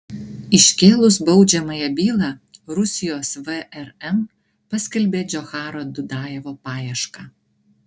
iškėlus baudžiamąją bylą rusijos vrm paskelbė džocharo dudajevo paiešką